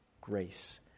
grace